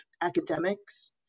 academics